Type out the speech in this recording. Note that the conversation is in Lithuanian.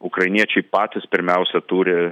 ukrainiečiai patys pirmiausia turi